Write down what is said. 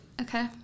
Okay